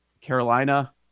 Carolina